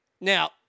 Now